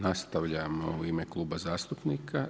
Nastavljamo u ime kluba zastupnika.